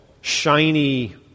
shiny